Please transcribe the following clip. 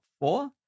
four